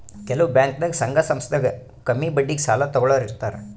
ಕೆಲವ್ ಬ್ಯಾಂಕ್ದಾಗ್ ಸಂಘ ಸಂಸ್ಥಾದಾಗ್ ಕಮ್ಮಿ ಬಡ್ಡಿಗ್ ಸಾಲ ತಗೋಳೋರ್ ಇರ್ತಾರ